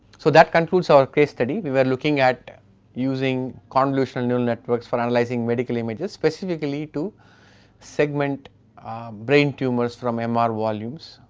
so that concludes our case study, we were looking at using convolutional neural network for analysing medical images. specifically to segment brain tumours from um mr volumes.